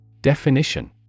Definition